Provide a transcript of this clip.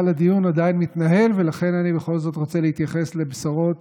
אבל הדיון עדיין מתנהל ולכן אני בכל זאת רוצה להתייחס לבשורות